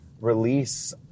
release